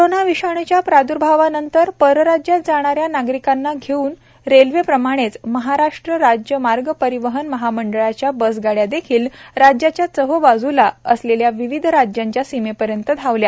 corona विषाणूच्या प्राद्र्भावानंतर परराज्यात जाणाऱ्या नागरिकांना घेऊन रेल्वेप्रमाणेच महाराष्ट्र राज्य मार्ग परिवहन महामंडळाच्या बसगाड्यादेखील राज्याच्या चोहोबाजूला असलेल्या विविध राज्यांच्या सीमेपर्यंत धावल्या